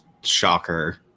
shocker